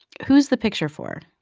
who's the picture for,